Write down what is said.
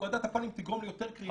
שהורדת הפאנלים תגרום ליותר קרינה.